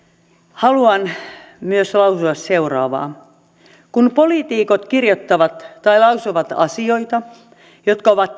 haluan myös lausua seuraavaa kun poliitikot kirjoittavat tai lausuvat asioita jotka ovat